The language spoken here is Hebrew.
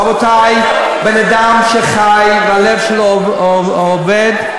רבותי, בן-אדם שחי והלב שלו עובד,